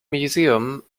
museum